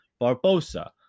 Barbosa